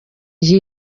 gihe